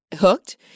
hooked